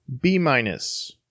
B-minus